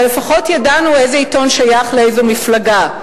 אבל לפחות ידענו איזה עיתון שייך לאיזו מפלגה,